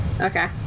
Okay